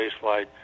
spaceflight